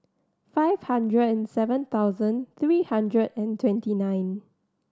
five hundred and seven thousand three hundred and twenty nine